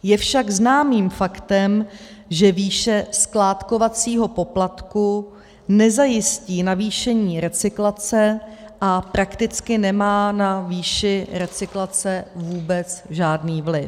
Je však známým faktem, že výše skládkovacího poplatku nezajistí navýšení recyklace a prakticky nemá na výši recyklace vůbec žádný vliv.